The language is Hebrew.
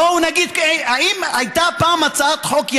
בואו נגיד: האם הייתה פעם הצעת חוק,